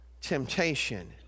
temptation